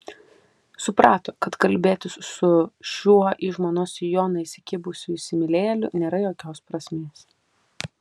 suprato kad kalbėtis su šiuo į žmonos sijoną įsikibusiu įsimylėjėliu nėra jokios prasmės